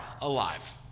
alive